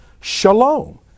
shalom